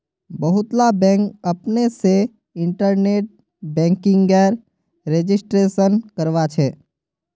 बहुतला बैंक अपने से इन्टरनेट बैंकिंगेर रजिस्ट्रेशन करवाछे